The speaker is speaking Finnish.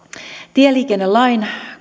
tieliikennelain